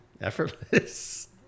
effortless